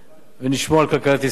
ונשמור על כלכלת ישראל.